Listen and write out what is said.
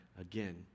again